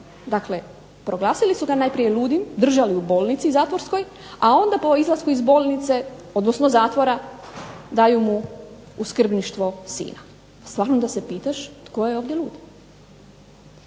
dakle proglasili su ga najprije ludim, držali ga u bolnici zatvorskoj, a onda po izlasku iz zatvora daju mu u skrbništvo sina. Stvarno da se pitaš tko je ovdje lud.